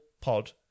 pod